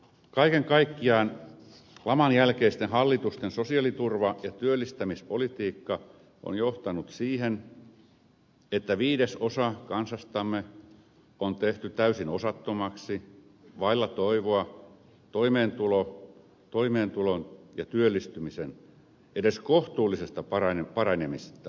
kaiken kaikkiaan laman jälkeisten hallitusten sosiaaliturva ja työllistämispolitiikka on johtanut siihen että viidesosa kansastamme on tehty täysin osattomaksi vailla toivoa toimeentulon ja työllistymisen edes kohtuullisesta paranemisesta